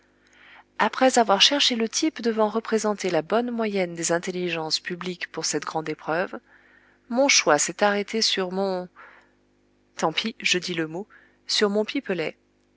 après avoir cherché le type devant représenter la bonne moyenne des intelligences publiques pour cette grande épreuve mon choix s'est arrêté sur mon tant pis je dis le mot sur mon pipelet